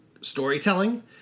storytelling